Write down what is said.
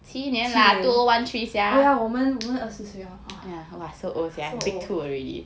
oh ya 我们我们二十岁 hor so old